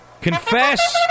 confess